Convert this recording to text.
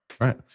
Right